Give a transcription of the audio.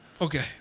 Okay